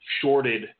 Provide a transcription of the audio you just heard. Shorted